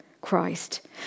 Christ